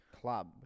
club